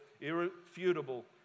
irrefutable